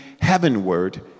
heavenward